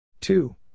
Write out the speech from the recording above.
two